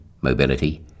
mobility